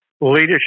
leadership